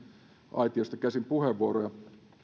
aitiosta käsin puheenvuoroja